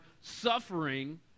suffering